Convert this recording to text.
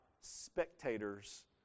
spectators